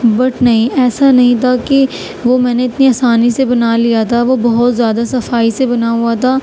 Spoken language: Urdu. بٹ نہیں ایسا نہیں تھا کہ وہ میں نے اتنی آسانی سے بنا لیا تھا وہ بہت زیادہ صفائی سے بنا ہوا تھا